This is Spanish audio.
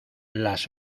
las